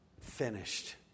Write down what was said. Finished